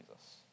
Jesus